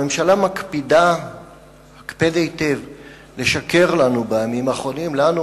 הממשלה מקפידה הקפד היטב בימים האחרונים לשקר לנו,